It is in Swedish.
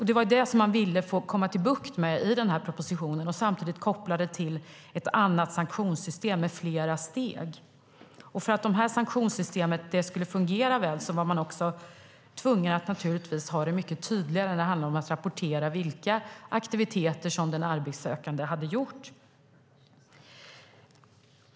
Det var det som man ville få bukt med genom denna proposition och samtidigt koppla detta till ett annat sanktionssystem med fler steg. För att detta sanktionssystem skulle fungera väl var man naturligtvis också tvungen att ha det mycket tydligare när det handlar om att rapportera vilka aktiviteter som den arbetssökande hade gjort.